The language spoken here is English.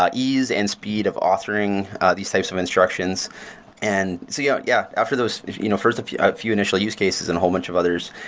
ah ease and speed of authoring these types of instructions and so yeah yeah after those, you know first of few initial use cases and a whole bunch of others,